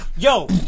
Yo